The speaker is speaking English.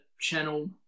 channel